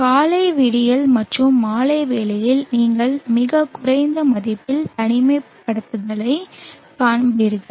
காலை விடியல் மற்றும் மாலை வேளையில் நீங்கள் மிகக் குறைந்த மதிப்பில் தனிமைப்படுத்தப்படுவதைக் காண்பீர்கள்